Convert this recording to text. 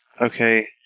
Okay